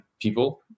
people